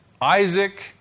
Isaac